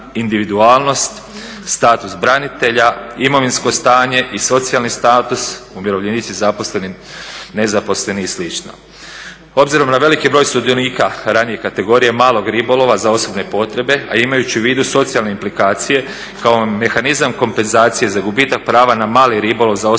individualnost, status branitelja, imovinsko stanje i socijalni status, umirovljenici, zaposleni, nezaposleni i slično. S obzirom na veliki broj sudionika ranije kategorije malog ribolova za osobne potrebe a imajući u vidu socijalne implikacije kako mehanizam kompenzacije za gubitak prava na mali ribolov za osobne potrebe